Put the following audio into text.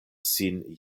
sin